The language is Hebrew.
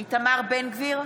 איתמר בן גביר,